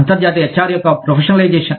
అంతర్జాతీయ H R యొక్క professionalisation